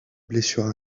blessures